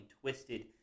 twisted